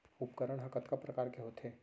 उपकरण हा कतका प्रकार के होथे?